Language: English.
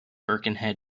birkenhead